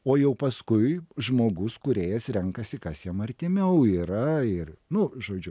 o jau paskui žmogus kūrėjas renkasi kas jam artimiau yra ir nu žodžiu